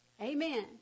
Amen